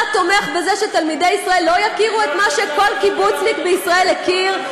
אתה תומך בזה שתלמידי ישראל לא יכירו את מה שכל קיבוצניק בישראל הכיר?